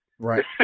Right